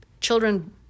children